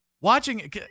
watching –